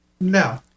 No